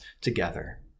together